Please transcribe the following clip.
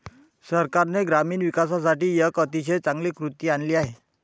सरकारने ग्रामीण विकासासाठी एक अतिशय चांगली कृती आणली आहे